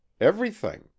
Everything